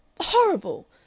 horrible